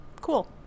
Cool